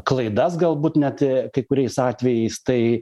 klaidas galbūt net kai kuriais atvejais tai